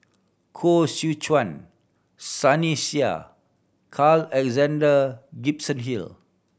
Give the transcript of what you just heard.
Koh Seow Chuan Sunny Sia Carl Alexander Gibson Hill